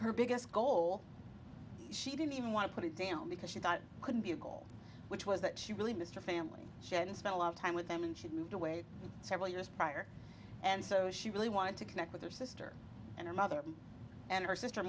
her biggest goal she didn't even want to put it down because she thought it could be a goal which was that she really mr family she hadn't spent a lot of time with them and she'd moved away several years prior and so she really wanted to connect with her sister and her mother and her sister